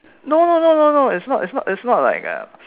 no no no no no it's not it's not it's not like uh